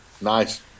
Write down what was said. Nice